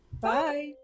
Bye